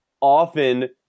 often